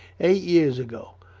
eight years ago!